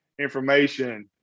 information